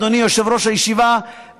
אדוני יושב-ראש הישיבה,